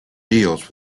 deals